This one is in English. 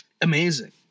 amazing